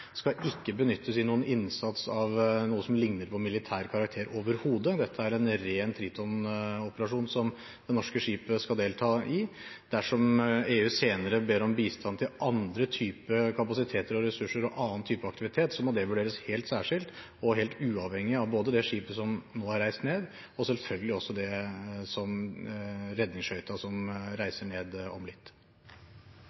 skal ikke benyttes i noen innsats i noe som ligner på militær karakter overhodet. Det er en ren Triton-operasjon som det norske skipet skal delta i. Dersom EU senere ber om bistand til andre typer kapasiteter og ressurser og annen type aktivitet, må det vurderes helt særskilt og helt uavhengig av både det skipet som nå er reist ned, og selvfølgelig også den redningsskøyta som reiser ned om litt.